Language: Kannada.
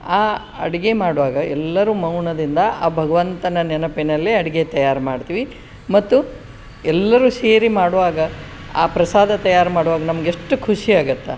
ಆ ಅಡುಗೆ ಮಾಡುವಾಗ ಎಲ್ಲರೂ ಮೌನದಿಂದ ಆ ಭಗವಂತನ ನೆನಪಿನಲ್ಲಿ ಅಡುಗೆ ತಯಾರು ಮಾಡ್ತೀವಿ ಮತ್ತು ಎಲ್ಲರೂ ಸೇರಿ ಮಾಡುವಾಗ ಆ ಪ್ರಸಾದ ತಯಾರು ಮಾಡುವಾಗ ನಮಗೆ ಎಷ್ಟು ಖುಷಿಯಾಗುತ್ತೆ